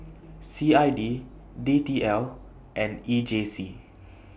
C I D D T L and E J C